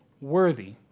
worthy